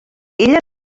ella